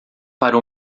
para